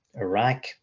Iraq